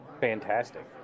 fantastic